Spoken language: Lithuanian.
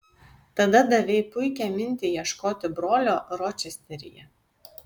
tada davei puikią mintį ieškoti brolio ročesteryje